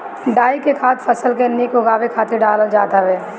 डाई के खाद फसल के निक उगावे खातिर डालल जात हवे